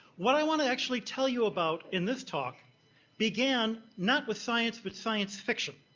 what i want to actually tell you about in this talk began not with science but science fiction.